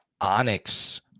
Onyx